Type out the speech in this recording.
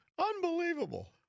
Unbelievable